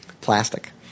plastic